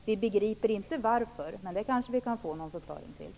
Vi begriper inte varför, men det kanske vi kan få någon förklaring till.